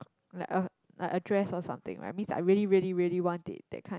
like a like a dress or something I means I really really really want it that kind